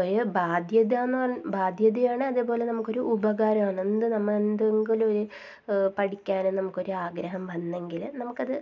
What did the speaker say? ഒരു ബാധ്യതയാണ് ബാധ്യതയാണ് അതേ പോലെ നമുക്കൊരു ഉപകാരമാണ് എന്ത് നമ്മൾ എന്തെങ്കിലുമൊരു പഠിക്കാൻ നമുക്കൊരാഗ്രഹം വന്നെങ്കിൽ നമുക്കത്